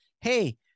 Hey